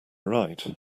right